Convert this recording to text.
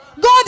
God